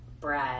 bread